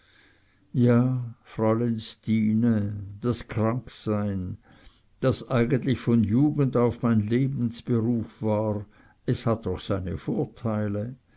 ja fräulein stine das kranksein das eigentlich von jugend auf mein lebensberuf war es hat auch seine vorteile